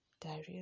diarrhea